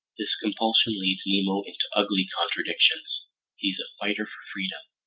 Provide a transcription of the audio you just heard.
this compulsion leads nemo into ugly contradictions he's a fighter for freedom,